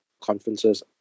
conferences